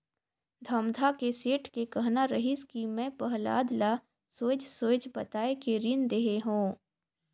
धमधा के सेठ के कहना रहिस कि मैं पहलाद ल सोएझ सोएझ बताये के रीन देहे हो